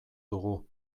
dugu